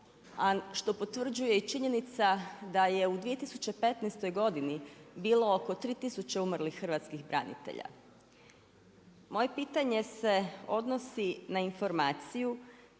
što potvrđuje i činjenica da je u 2015. godini bilo oko 3000 umrlih hrvatskih branitelja. Moje pitanje se odnosi na informaciju,